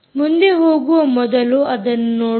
ಮುಂದೆ ಹೋಗುವ ಮೊದಲು ಅದನ್ನು ನೋಡೋಣ